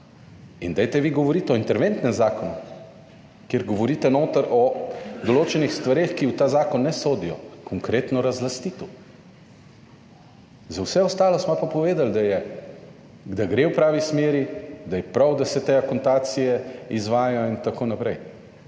In dajte vi govoriti o interventnem zakonu, kjer govorite noter o določenih stvareh, ki v ta zakon ne sodijo, konkretno razlastitev. Za vse ostalo smo pa povedali, da je, da gre v pravi smeri, da je prav, da se te akontacije izvajajo in tako naprej.